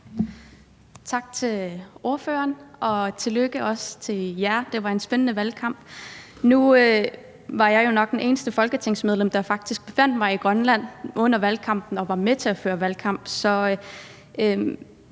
Tak til ordføreren, og også tillykke til jer. Det var en spændende valgkamp. Nu var jeg jo nok det eneste folketingsmedlem, der faktisk befandt sig i Grønland under valgkampen og var med til at føre valgkamp,